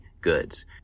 goods